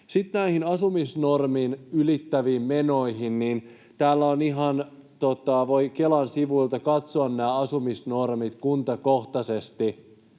asumisnormin ylittäviin menoihin: Ihan voi Kelan sivuilta katsoa nämä asumisnormit kuntakohtaisesti.